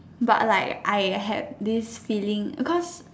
but like I had this feeling cause